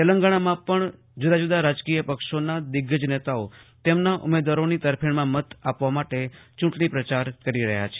તેલંગાણામાં પણ જુદા જુદા રાજકીય પક્ષોના દિગ્ગજ નેતાઓ તેમના ઉમેદવારોની તરફેણમાં મત આપવા માટે ચુંટણી પ્રચાર કરી રહ્યા છે